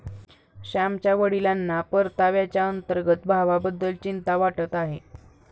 श्यामच्या वडिलांना परताव्याच्या अंतर्गत भावाबद्दल चिंता वाटत आहे